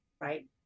right